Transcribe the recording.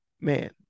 man